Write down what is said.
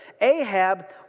Ahab